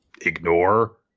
ignore